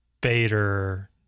Bader